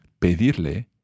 pedirle